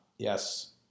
Yes